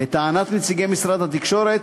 לטענת נציגי משרד התקשורת,